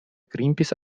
greenpeace